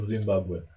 Zimbabwe